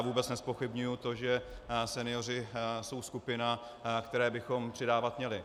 Vůbec nezpochybňuji to, že senioři jsou skupina, které bychom přidávat měli.